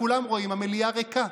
וכולם רואים שהמליאה ריקה.